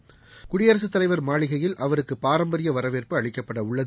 முன்னதாக குடியரசுத் தலைவர் மாளிகையில் அவருக்கு பாரம்பரிய வரவேற்பு அளிக்கப்படவுள்ளது